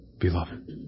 beloved